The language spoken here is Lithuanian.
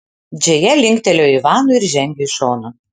džėja linktelėjo ivanui ir žengė į šoną